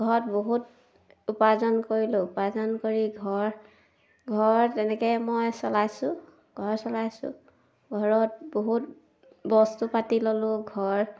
ঘৰত বহুত উপাৰ্জন কৰিলোঁ উপাৰ্জন কৰি ঘৰ ঘৰ তেনেকৈ মই চলাইছোঁ ঘৰ চলাইছোঁ ঘৰত বহুত বস্তু পাতি ল'লোঁ ঘৰ